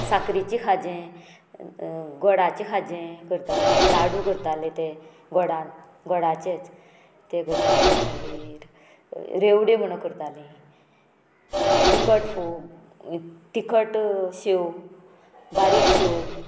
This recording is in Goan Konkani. साकरीचें खाजें गोडाचें खाजें करतालीं लाडू करताले ते गोडा गोडाचेच ते करताले मागीर रेवडे म्हणून करताली तिखट फोव तिकट शेव बारीक शेव